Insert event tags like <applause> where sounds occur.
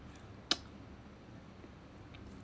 <noise>